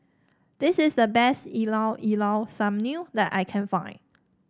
this is the best Llao Llao Sanum that I can find